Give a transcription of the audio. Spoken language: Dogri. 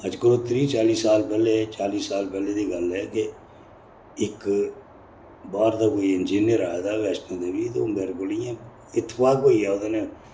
अज्ज कोला त्रीह् चाली साल पैह्लें चाली साल पैह्लें दी गल्ल ऐ कि इक बाह्र दा कोई इंजिनियर आए दा हा बैश्नो देवी ते ओह् मेरे कोल इ'यां इतफाक होई गेआ ओह्दे कन्नै